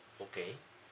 okay